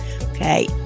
okay